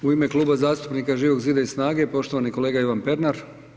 U ime Kluba zastupnika Živog zida i SNAGA-e poštovani kolega Ivan Pernar.